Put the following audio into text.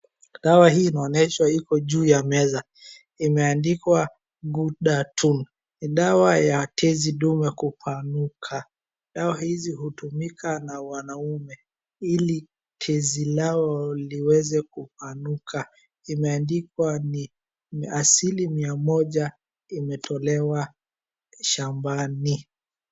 Dawa hii inaonyeshwa iko juu ya meza imeandikwa GHUDATUN.Ni dawa ya tezi dume kupanuka, dawa hizi hutumika na wanaume ili tezi lao liweze kupanuka imeandikwa ni asili mia moja imetolewa shambani.